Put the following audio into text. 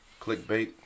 clickbait